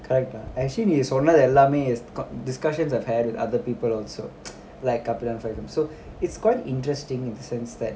character actually நீசொன்னதுஎல்லாமே:ni sonnadhu ellame dis~ discussions I had with other people also like அப்படிதான்:appadithan so it's quite interesting in the sense that